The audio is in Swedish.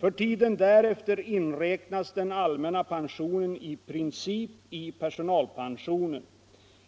För tiden därefter inräknas den allmänna pensionen i princip i personalpensionen.